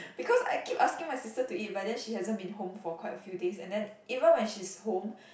because I keep asking my sister to eat but then she hasn't been home for quite a few days and then even when she's home